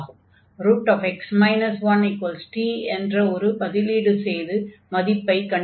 x 1t என்ற ஒரு பதிலீடு செய்து மதிப்பைக் கண்டுபிடிக்கலாம்